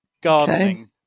gardening